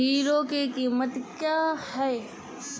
Hero की कीमत क्या है?